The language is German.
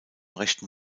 rechten